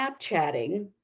Snapchatting